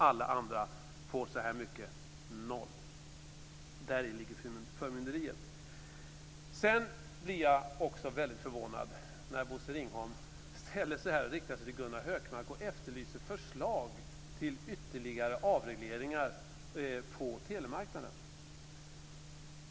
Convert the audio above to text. Alla andra får noll. Däri ligger förmynderiet. Sedan blir jag också mycket förvånad när Bosse Ringholm här riktar sig till Gunnar Hökmark och efterlyser förslag till ytterligare avregleringar på telemarknaden.